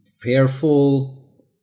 fearful